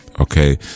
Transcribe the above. Okay